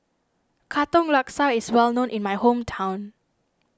Katong Laksa is well known in my hometown